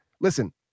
listen